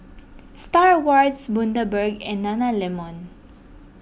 Star Awards Bundaberg and Nana Lemon